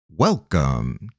Welcome